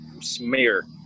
smear